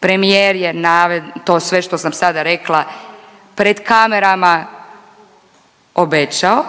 Premijer je to sve što sam sada rekla pred kamerama obećao,